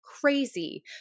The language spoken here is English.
crazy